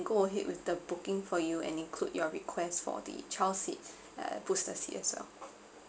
go ahead with the booking for you and include your request for the child seat uh booster seat as well